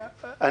בבקשה.